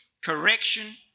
correction